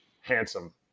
handsome